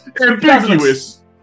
Ambiguous